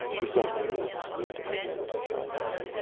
we saw the earth dwindle away behind us.